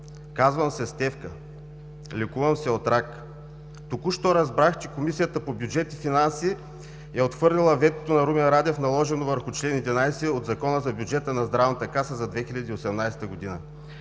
Казвам се Стефка, лекувам се от рак. Току-що разбрах, че Комисията по бюджет и финанси е отхвърлила ветото на Румен Радев, наложено върху чл. 11 от Закона за бюджета на Здравната каса за 2018 г.